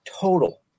total